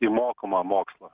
į mokamą mokslą